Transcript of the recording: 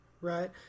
right